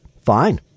Fine